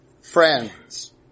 friends